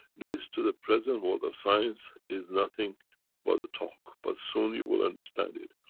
this to the present world of science is nothing but a talk. but soon you will understand it.